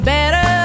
Better